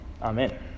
Amen